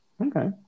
Okay